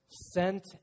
sent